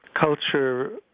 culture